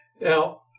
Now